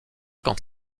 quand